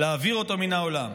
להעביר אותו מן העולם.